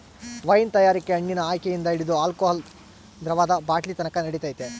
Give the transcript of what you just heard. wine ತಯಾರಿಕೆ ಹಣ್ಣಿನ ಆಯ್ಕೆಯಿಂದ ಹಿಡಿದು ಆಲ್ಕೋಹಾಲ್ ದ್ರವದ ಬಾಟ್ಲಿನತಕನ ನಡಿತೈತೆ